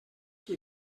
qui